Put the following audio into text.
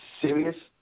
serious